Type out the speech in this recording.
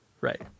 Right